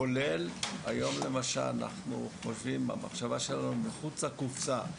כולל היום למשל אנחנו חושבים מחוץ לקופסא.